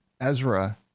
Ezra